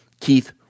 Keith